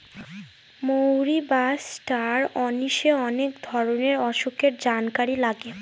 মৌরি বা ষ্টার অনিশে অনেক ধরনের অসুখের জানকারি লাগে